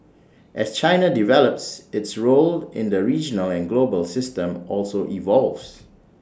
as China develops its role in the regional and global system also evolves